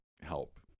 help